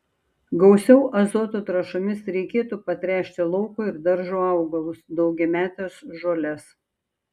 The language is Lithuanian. gausiau azoto trąšomis reikėtų patręšti lauko ir daržo augalus daugiametes žoles